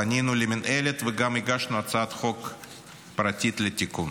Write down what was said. פנינו למינהלת וגם הגשנו הצעת חוק פרטית לתיקון.